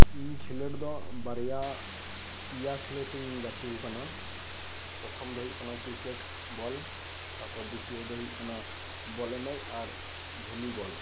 ᱤᱧ ᱠᱷᱤᱞᱟᱹᱴ ᱫᱚ ᱵᱟᱨᱭᱟ ᱯᱮᱭᱟ ᱠᱷᱤᱞᱟᱹᱴᱤᱧ ᱜᱟᱛᱤ ᱟᱠᱟᱱᱟ ᱯᱚᱨᱛᱷᱚᱢ ᱫᱚ ᱦᱩᱭᱩᱜ ᱠᱟᱱᱟ ᱠᱨᱤᱠᱮᱴ ᱵᱚᱞ ᱛᱟᱯᱚᱨ ᱫᱤᱛᱭᱚ ᱫᱚ ᱦᱩᱭᱩᱜ ᱠᱟᱱᱟ ᱵᱚᱞ ᱮᱱᱮᱡ ᱟᱨ ᱵᱷᱚᱞᱤᱵᱚᱞ